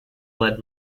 led